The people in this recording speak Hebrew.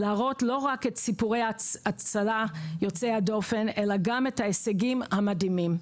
להראות לא רק את סיפורי ההצלה יוצאי הדופן אלא גם את ההישגים המדהימים.